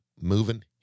moving